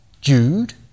Jude